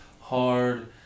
hard